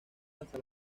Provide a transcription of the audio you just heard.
hasta